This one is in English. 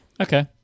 Okay